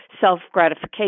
self-gratification